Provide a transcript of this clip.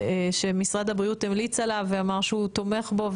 שמשרד הבריאות המליץ עליו ואמר שהוא תומך בו,